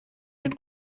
den